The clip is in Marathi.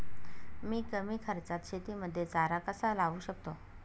मी कमी खर्चात शेतीमध्ये चारा कसा लावू शकतो?